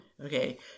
Okay